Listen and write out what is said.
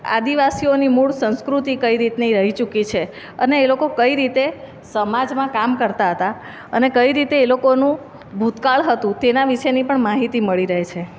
આદિવાસીઓની મૂળ સંસ્કૃતિ કઈ રીતની રહી ચૂકી છે અને એ લોકો કઈ રીતે સમાજમાં કામ કરતા હતા અને કઈ રીતે એ લોકોનું ભૂતકાળ હતું તેના વિશેની પણ માહિતી મળી રહે છે